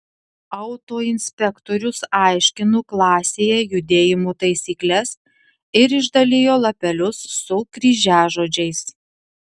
autoinspektorius aiškino klasėje judėjimo taisykles ir išdalijo lapelius su kryžiažodžiais